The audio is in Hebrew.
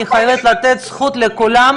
אני חייבת לתת זכות לכולם.